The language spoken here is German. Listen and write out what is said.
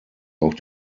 auch